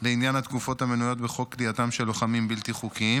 בעניין התקופות המנויות בחוק כליאתם של לוחמים בלתי חוקיים,